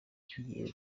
ngiye